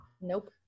nope